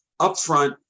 upfront